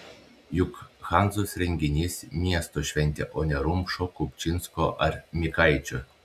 juk hanzos renginys miesto šventė o ne rumšo kupčinsko ar mikaičio